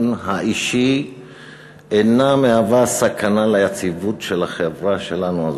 האישי אינו מהווה סכנה ליציבות של החברה שלנו,